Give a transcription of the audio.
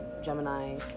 Gemini